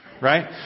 right